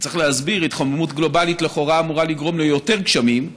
צריך להסביר: התחממות גלובלית לכאורה אמורה לגרום ליותר גשמים,